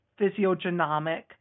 physiogenomic